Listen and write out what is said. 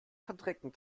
verdrecken